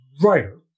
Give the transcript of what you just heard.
writer